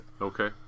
Okay